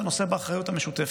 אתה נושא באחריות המשותפת,